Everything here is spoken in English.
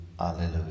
Alleluia